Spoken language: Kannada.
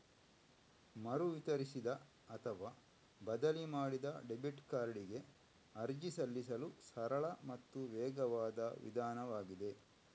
ಮರು ವಿತರಿಸಿದ ಅಥವಾ ಬದಲಿ ಮಾಡಿದ ಡೆಬಿಟ್ ಕಾರ್ಡಿಗೆ ಅರ್ಜಿ ಸಲ್ಲಿಸಲು ಸರಳ ಮತ್ತು ವೇಗವಾದ ವಿಧಾನವಾಗಿದೆ